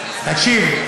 תקשיב.